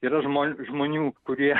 yra žmo žmonių kurie